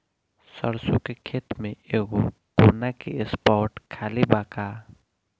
सरसों के खेत में एगो कोना के स्पॉट खाली बा का?